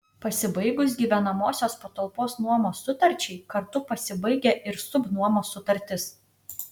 pasibaigus gyvenamosios patalpos nuomos sutarčiai kartu pasibaigia ir subnuomos sutartis